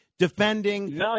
defending